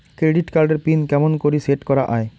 Credit card এর pin কেমন করি সেট করা য়ায়?